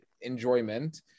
enjoyment